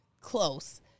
Close